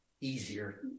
Easier